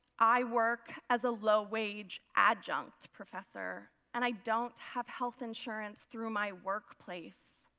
i work as a low wage adjunct professor and i don't have health insurance through my workplace.